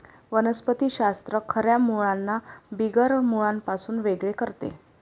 वनस्पति शास्त्र खऱ्या मुळांना बिगर मुळांपासून वेगळे करते